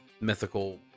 mythical